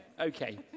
okay